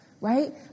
right